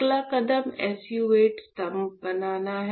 अगला कदम SU 8 स्तंभ बनाना है